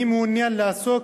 אני מעוניין לעסוק